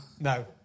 No